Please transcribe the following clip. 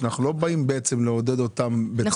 שאנחנו לא באים בעצם לעודד אותם בצורה עודפת.